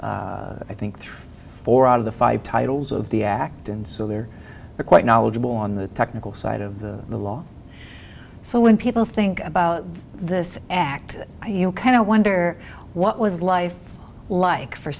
and i think three four out of the five titles of the act and so there are quite knowledgeable on the technical side of the law so when people think about this act you kind of wonder what was life like for